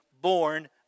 born